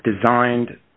designed